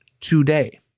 today